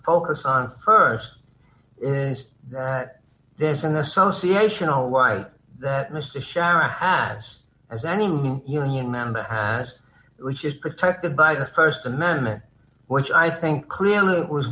focus on st is that there's an association a lie that mr sharon has as any union member has which is protected by the st amendment which i think clearly was